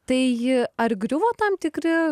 tai ar griuvo tam tikri